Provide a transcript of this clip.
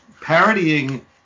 parodying